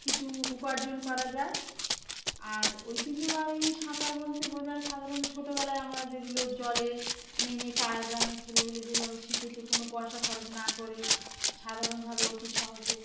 কিছু উপার্জন করা যায় আর ঐতিহ্যবাহী সাঁতার বলতে বোঝায় সাধারণত ছোটবেলায় আমরা যেগুলো জলে নেমে পাড়া গ্রামে ছেলেগুলি যেভাবে শিখেছে কোনো পয়সা খরচ না করে সাধারণভাবে অতি সহজে